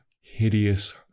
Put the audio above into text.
hideous